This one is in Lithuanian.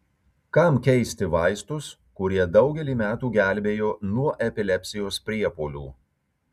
kam keisti vaistus kurie daugelį metų gelbėjo nuo epilepsijos priepuolių